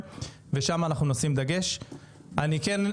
אני כן רוצה לומר לכם ששיתוף הפעולה אתכם הוא